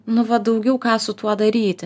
nu va daugiau ką su tuo daryti